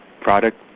product